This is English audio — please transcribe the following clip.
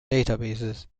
databases